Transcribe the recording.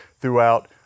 throughout